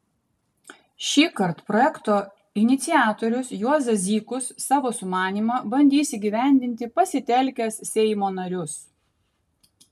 šįkart projekto iniciatorius juozas zykus savo sumanymą bandys įgyvendinti pasitelkęs seimo narius